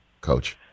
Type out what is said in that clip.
Coach